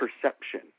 perception